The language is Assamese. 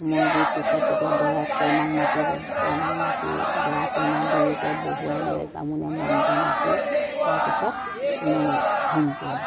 হোমৰ গুৰিৰ পিছত এতিয়া দৰাই কইনাক মাতিব কইনাক মাতি দৰা কইনা দুয়োকে বহুৱাই লৈ বামুণে মন্ত্ৰ মাতি তাৰপিছত মানে হোম পুৰে